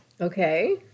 Okay